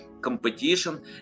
competition